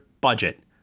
budget